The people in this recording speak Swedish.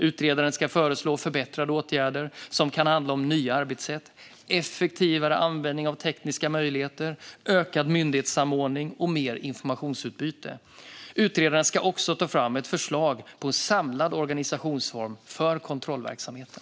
Utredaren ska föreslå förbättrande åtgärder som kan gälla nya arbetssätt, effektivare användning av tekniska möjligheter, ökad myndighetssamordning och mer informationsutbyte. Utredaren ska också ta fram ett förslag om en samlad organisationsform för kontrollverksamheten.